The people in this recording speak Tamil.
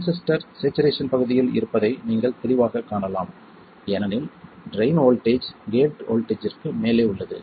டிரான்சிஸ்டர் ஸேச்சுரேஷன் பகுதியில் இருப்பதை நீங்கள் தெளிவாகக் காணலாம் ஏனெனில் ட்ரைன் வோல்ட்டேஜ் கேட் வோல்ட்டேஜ்ற்கு மேலே உள்ளது